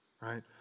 right